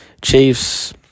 Chiefs